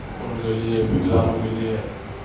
ان کے لیے وکلانگوں کے لیے